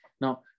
now